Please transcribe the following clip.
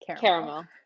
Caramel